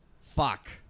Fuck